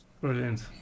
Brilliant